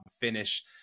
finish